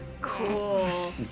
Cool